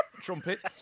trumpet